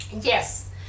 Yes